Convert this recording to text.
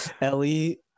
Ellie